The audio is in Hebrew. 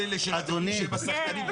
כל אלה שאומרים שהם השחקנים.